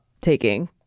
taking